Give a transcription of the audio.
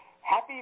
Happy